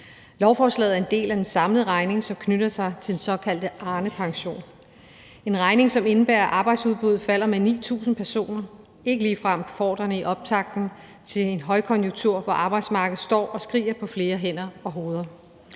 Lovforslaget er en del af en samlet regning, som knytter sig til den såkaldte Arnepension – en regning, som indebærer, at arbejdsudbudet falder med 9.000 personer, ikke ligefrem befordrende i optakten til en højkonjunktur, for arbejdsmarkedet står og skriger på flere hænder og hoveder.